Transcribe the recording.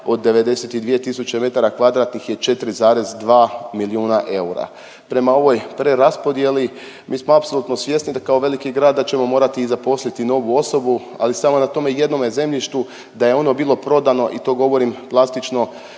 od 92000 m2 je 4,2 milijuna eura. Prema ovoj preraspodjeli mi smo apsolutno svjesni da kao veliki grad da ćemo morati i zaposliti novu osobu, ali samo na tome jednome zemljištu da je ono bilo prodano i to govorim plastično